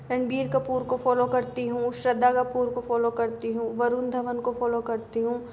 रणबीर कपूर को फ़ोलो करती हूँ श्रद्धा कपूर को फ़ोलो करती हूँ वरुण धवन को फ़ोलो करती हूँ